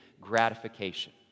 gratification